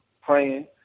praying